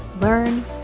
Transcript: Learn